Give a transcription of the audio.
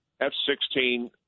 F-16